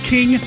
King